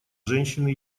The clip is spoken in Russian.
женщины